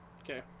Okay